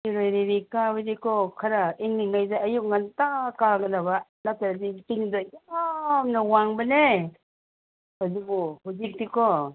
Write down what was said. ꯁꯤꯔꯣꯏ ꯂꯤꯂꯤ ꯀꯥꯕꯗꯤꯀꯣ ꯈꯔ ꯏꯪꯉꯤꯉꯩꯗ ꯑꯌꯨꯛ ꯉꯟꯇꯥ ꯀꯥꯒꯗꯕ ꯅꯠꯇ꯭ꯔꯗꯤ ꯆꯤꯡꯗꯣ ꯌꯥꯝꯅ ꯋꯥꯡꯕꯅꯦ ꯑꯗꯨꯕꯨ ꯍꯧꯖꯤꯛꯇꯤꯀꯣ